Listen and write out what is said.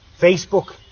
Facebook